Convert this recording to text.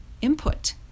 input